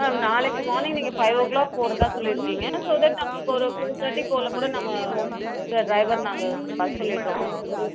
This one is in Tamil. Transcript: மேம் நாளைக்கு மார்னிங் நீங்கள் ஃபைவ் ஓ க்ளாக் போகறதா சொல்லிருக்கீங்க ஸோ தட் நம்மளுக்கு ஒரு ஃபோர் தேர்ட்டி போல் கூட நம்ம ட்ரைவர் நாங்கள் வர சொல்லிடுறோம்